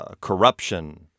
corruption